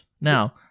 Now